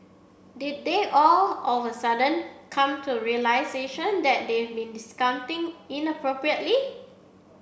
did they all of a sudden come to realisation that they'd been discounting inappropriately